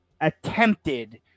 attempted